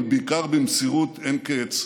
אבל בעיקר במסירות אין קץ.